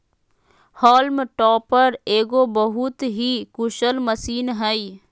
haulm topper एगो बहुत ही कुशल मशीन हइ